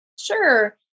Sure